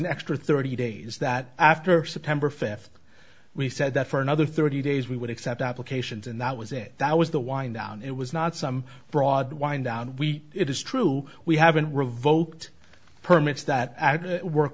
an extra thirty days that after september fifth we said that for another thirty days we would accept applications and that was it that was the wind down it was not some broad wind down we it is true we haven't revoked permits that work